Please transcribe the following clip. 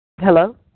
Hello